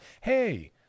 hey